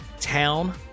town